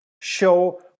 show